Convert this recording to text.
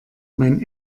mein